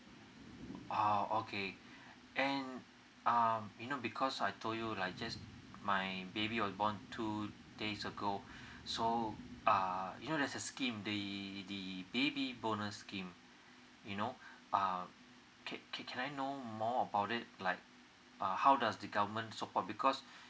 ah oh okay and um you know because I told you right just um my baby was born two days ago so uh you know there's a scheme the the baby bonus scheme you know uh okay can can I know more about it like how does the government support because